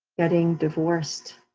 getting divorced,